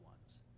ones